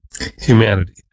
humanity